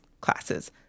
classes